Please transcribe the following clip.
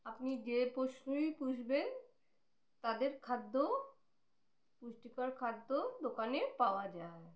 আপনি যে পশুই পুষবেন তাদের খাদ্য পুষ্টিকর খাদ্য দোকানে পাওয়া যায়